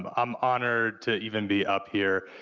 i'm honored to even be up here,